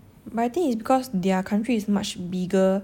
but I think it's because their country is much bigger